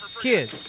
kid